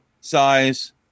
size